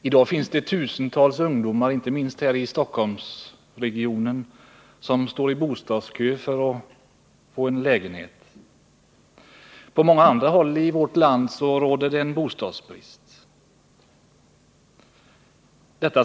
I dag står tusentals ungdomar, inte minst här i Stockholmsregionen, i bostadskö för att få en lägenhet. Även på många andra håll i vårt land råder det bostadsbrist.